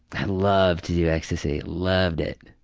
i loved to do ecstasy. loved it.